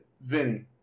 Vinny